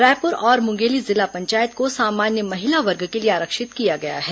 रायपुर और मुंगेली जिला पंचायत को सामान्य महिला वर्ग के लिए आरक्षित किया गया है